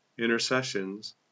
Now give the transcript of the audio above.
intercessions